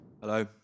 Hello